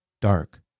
dark